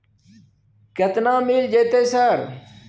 केतना मिल जेतै सर?